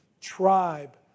tribe